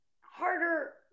harder